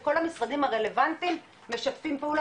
את כל המשרדים הרלבנטיים משתפים פעולה